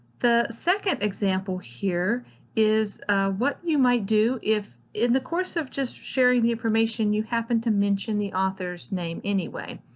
the second example here is what you might do if in the course of just sharing the information you happen to mention the author's name anyway.